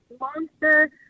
Monster